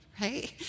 right